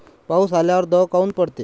पाऊस आल्यावर दव काऊन पडते?